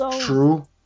True